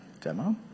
demo